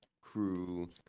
crew